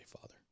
Father